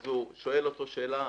הוא שואל אותו שאלה,